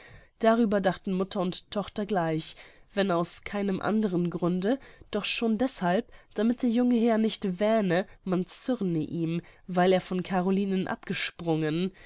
darüber dachten mutter und tochter gleich wenn aus keinem anderen grunde doch schon deßhalb damit der junge herr nicht wähne man zürne ihm weil er von carolinen abgesprungen